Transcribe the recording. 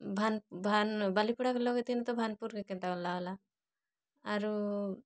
ବାଲିପଡ଼ା କେ ଲଗେଇଥିଲି ତ ଭାନ୍ପୁର୍ କେ କେନ୍ତାକରି ଲାଗ୍ଲା ଆରୁ